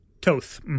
Toth